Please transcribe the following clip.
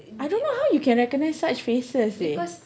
I don't know how you can recognise such faces seh